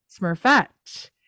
Smurfette